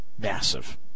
Massive